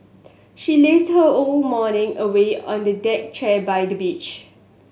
she lazed her whole morning away on a deck chair by the beach